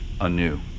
anew